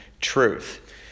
truth